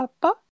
papa